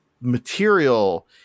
material